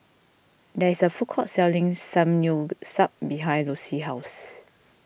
there is a food court selling Samgyeopsal behind Lucy's house